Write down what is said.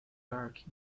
dark